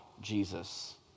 Jesus